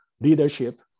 leadership